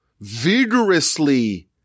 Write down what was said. vigorously